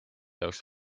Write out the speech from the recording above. jaoks